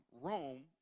Rome